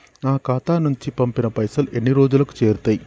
నా ఖాతా నుంచి పంపిన పైసలు ఎన్ని రోజులకు చేరుతయ్?